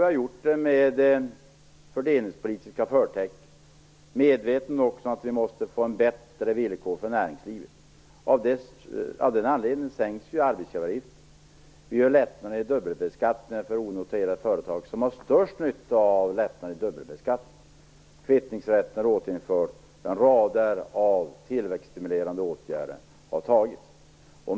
Vi har gjort det med fördelningspolitiska förtecken, medvetna också om att vi måste få bättre villkor för näringslivet. Av den anledningen sänks ju arbetsgivaravgiften. Vi gör lättnader i dubbelbeskattningen för onoterade företag, som har störst nytta av det. Kvittningsrätten är återinförd. Rader av tillväxtstimulerande åtgärder har vidtagits.